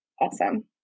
awesome